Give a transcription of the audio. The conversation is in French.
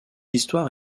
histoire